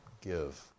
give